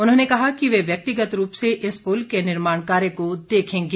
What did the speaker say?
उन्होंने कहा कि वे व्यक्तिगत रूप से इस पुल के निर्माण कार्य को देखेंगे